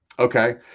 Okay